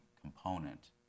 component